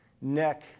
neck